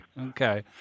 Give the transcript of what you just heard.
okay